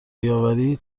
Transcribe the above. بیاوری